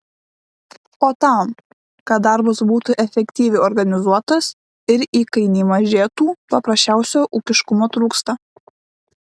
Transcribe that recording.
o tam kad darbas būtų efektyviai organizuotas ir įkainiai mažėtų paprasčiausio ūkiškumo trūksta